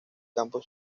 campo